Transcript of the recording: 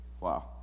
wow